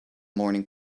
morning